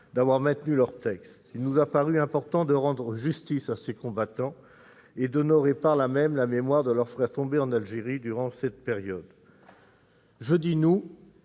d'avoir maintenu ce texte. Il nous a paru important de rendre justice à ces combattants et d'honorer par là même la mémoire de leurs frères tombés en Algérie durant cette période. Je dis « nous